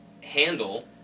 handle